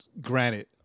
Granted